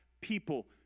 people